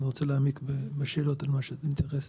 אני רוצה להעמיק בשאלות על מה שאתה מייחס.